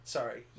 Sorry